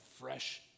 fresh